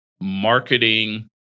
marketing